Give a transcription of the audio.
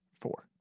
Four